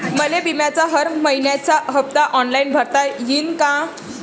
मले बिम्याचा हर मइन्याचा हप्ता ऑनलाईन भरता यीन का?